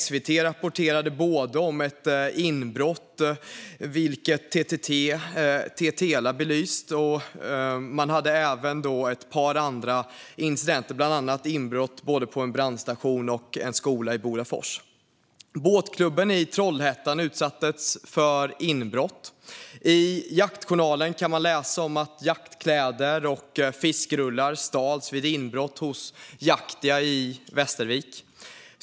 SVT rapporterade om både ett inbrott, som TTELA också belyst, och ett par andra incidenter, bland annat inbrott på en brandstation och i en skola i Bodafors. Båtklubben i Trollhättan utsattes för inbrott. I Jaktjournalen kan man läsa om att jaktkläder och fiskerullar stulits vid inbrott hos Jaktia i Västervik.